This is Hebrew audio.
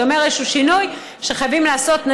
זה אומר שאיזשהו שינוי שחייבים לעשות,